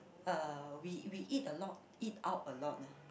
uh we we eat a lot eat out a lot ya